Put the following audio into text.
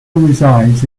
resides